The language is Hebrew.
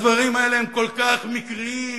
הדברים האלה הם כל כך מקריים,